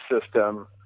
system